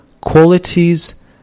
qualities